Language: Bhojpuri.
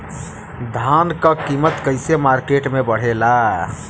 धान क कीमत कईसे मार्केट में बड़ेला?